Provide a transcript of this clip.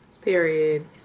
Period